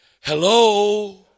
Hello